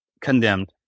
Condemned